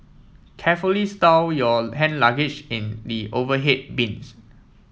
carefully stow your hand luggage in the overhead bins